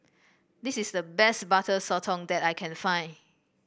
this is the best Butter Sotong that I can find